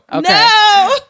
No